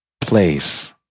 place